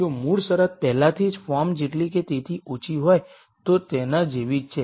જો મૂળ શરત પહેલાથી જ ફોર્મ જેટલી કે તેથી ઓછી હોય તો તેના જેવી જ છે